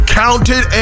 counted